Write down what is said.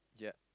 yeah